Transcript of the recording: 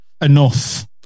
enough